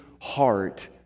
heart